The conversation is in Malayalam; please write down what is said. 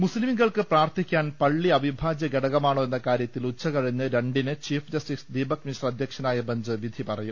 മുസ്തിങ്ങൾക്ക് പ്രാർത്ഥിക്കാൻ പള്ളി അവിഭാജ്യഘടകമാണോ എന്നകാര്യത്തിൽ ഉച്ചകഴിഞ്ഞ് രണ്ടിന് ചീഫ്ജസ്റ്റിസ് ദീപക് മിശ്ര അധ്യക്ഷനായ ബെഞ്ച് വിധി പറയും